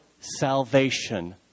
salvation